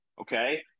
okay